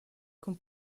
cun